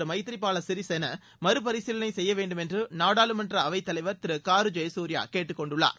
எமத்ரிபாலா சிறிசேனா மறபரிசீலனை செய்ய வேண்டும் என்று நாடாளுமன்ற அவைத் தலைவர் திரு காரு ஜெயசுர்யா கேட்டுக் கொண்டு உள்ளார்